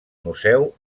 museu